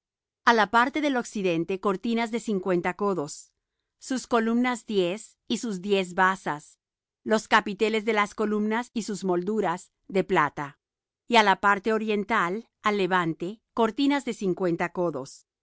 a la parte del occidente cortinas de cincuenta codos sus columnas diez y sus diez basas los capiteles de las columnas y sus molduras de plata y á la parte oriental al levante cortinas de cincuenta codos